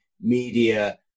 media